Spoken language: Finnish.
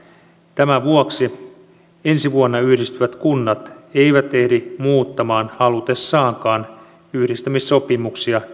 tämän vuoksi ensi vuonna yhdistyvät kunnat eivät ehdi muuttamaan halutessaankaan yhdistymissopimuksia